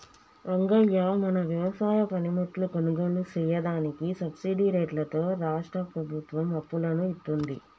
రంగయ్య మన వ్యవసాయ పనిముట్లు కొనుగోలు సెయ్యదానికి సబ్బిడి రేట్లతో రాష్ట్రా ప్రభుత్వం అప్పులను ఇత్తుంది